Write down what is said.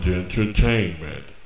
entertainment